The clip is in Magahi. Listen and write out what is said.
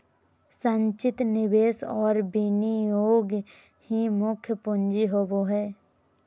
संचित निवेश और विनियोग ही मुख्य पूँजी होबो हइ